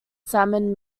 salmon